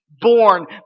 born